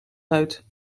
uit